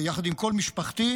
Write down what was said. יחד עם כל משפחתי,